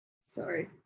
Sorry